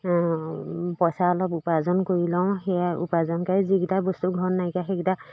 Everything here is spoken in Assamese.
পইচা অলপ উপাৰ্জন কৰি লওঁ সেয়া উপাৰ্জনকাৰী যিকেইটা বস্তু ঘৰত নাইকিয়া সেইকেইটা